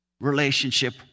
relationship